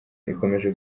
ikomeje